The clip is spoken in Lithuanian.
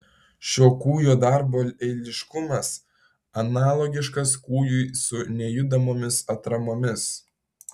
šio kūjo darbo eiliškumas analogiškas kūjui su nejudamomis atramomis